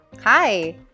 Hi